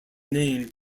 name